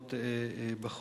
מעוגנות בחוק.